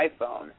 iPhone